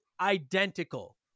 identical